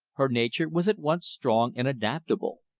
her nature was at once strong and adaptable.